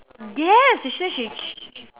yes she say she c~